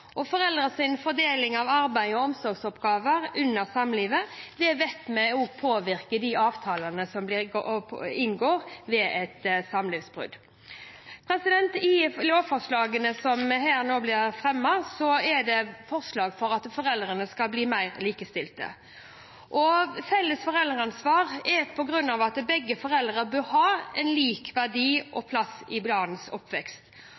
fordeling av arbeid og omsorgsoppgaver under samlivet vet vi også påvirker de avtalene som blir inngått ved et samlivsbrudd. I lovforslagene som nå blir fremmet, er det forslag for at foreldrene skal bli mer likestilte. Felles foreldreansvar betyr at begge foreldrene bør ha lik verdi og plass i barnets oppvekst.